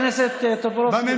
חבר הכנסת טופורובסקי, דקה.